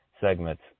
segments